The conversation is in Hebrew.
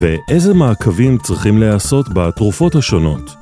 באיזה מעקבים צריכים להיעשות בתרופות השונות